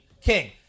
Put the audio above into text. King